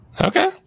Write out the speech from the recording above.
Okay